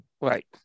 Right